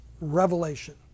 revelation